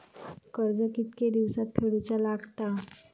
कर्ज कितके दिवसात फेडूचा लागता?